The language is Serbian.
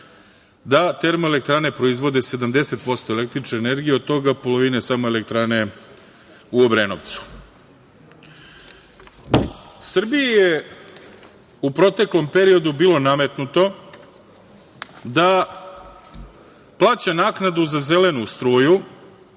da termoelektrane proizvode 70% električne energije, od toga polovina samo elektrane u Obrenovcu. Srbiji je u proteklom periodu bilo nametnuto da plaća naknadu za zelenu struju